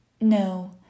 No